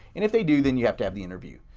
and if they do, then you have to have the interview.